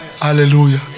Hallelujah